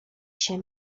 się